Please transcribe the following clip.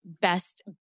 best